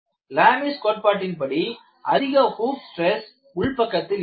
Lami's Lame's கோட்பாட்டின்படி அதிக hoop stress உள் பக்கத்தில் இருக்கும்